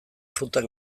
frutak